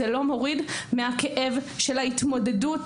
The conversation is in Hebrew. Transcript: זה לא מוריד מהכאב של ההתמודדות,